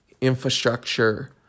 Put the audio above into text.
infrastructure